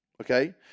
Okay